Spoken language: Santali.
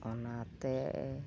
ᱚᱱᱟᱛᱮ